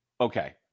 Okay